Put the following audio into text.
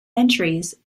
entries